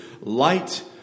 Light